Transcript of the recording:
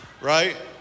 right